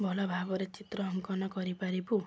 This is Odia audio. ଭଲ ଭାବରେ ଚିତ୍ର ଅଙ୍କନ କରିପାରିବୁ